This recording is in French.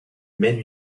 mène